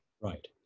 Right